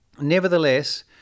Nevertheless